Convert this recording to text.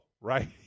right